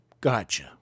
Gotcha